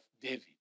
David